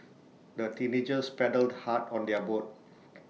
the teenagers paddled hard on their boat